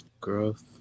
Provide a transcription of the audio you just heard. Growth